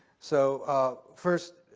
so first,